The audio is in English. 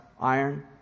iron